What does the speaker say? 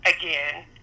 again